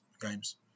games